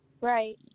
Right